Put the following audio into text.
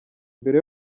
mbere